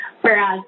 Whereas